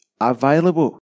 available